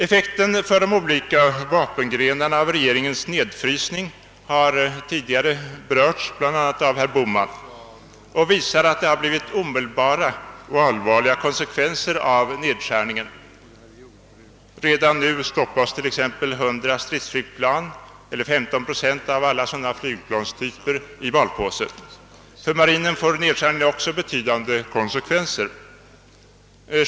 Effekten för de olika vapengrenarna av regeringens nedfrysning har tidigare berörts, bl.a. av herr Bohman, och visar att det har blivit omedelbara och allvarliga konsekvenser av nedskärningarna. Redan nu stoppas sålunda 100 stridsflygplan eller 15 procent av alla sådana flygplanstyper i malpåse. Även för marinen får nedskärningen betydande konsekvenser.